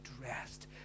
dressed